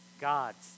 God's